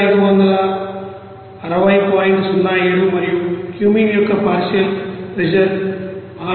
07 మరియు కుమీన్ యొక్క partial pressure 6